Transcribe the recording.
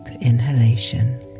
inhalation